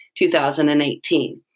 2018